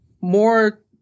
more